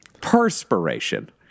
perspiration